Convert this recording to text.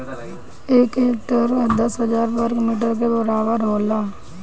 एक हेक्टेयर दस हजार वर्ग मीटर के बराबर होला